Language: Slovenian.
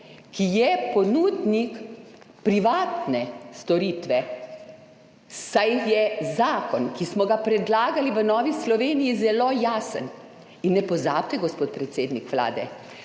ki je ponudnik privatne storitve, saj je zakon, ki smo ga predlagali v Novi Sloveniji, zelo jasen. In ne pozabite, gospod predsednik Vlade,